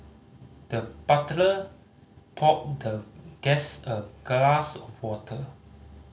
the butler poured the guest a glass of water